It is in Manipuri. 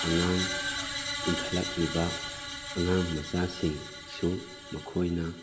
ꯑꯉꯥꯡ ꯏꯪꯈꯠꯂꯛꯂꯤꯕ ꯑꯉꯥꯡ ꯃꯆꯥ ꯁꯤꯡꯁꯨ ꯃꯈꯣꯏꯅ